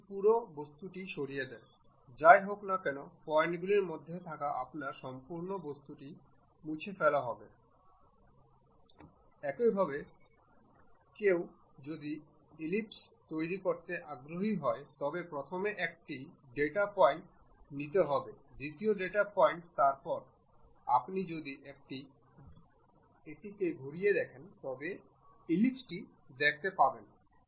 যেহেতু আমি ইতিমধ্যে আপনাকে বলেছি যে আমরা যে প্রথম আইটেমটি নিয়ে আসি তা স্থির থাকে এবং দ্বিতীয় আইটেমটি সরানো যেতে পারে